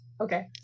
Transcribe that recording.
Okay